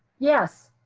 yes,